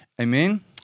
Amen